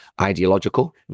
ideological